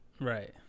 Right